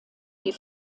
die